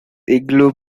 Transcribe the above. igloo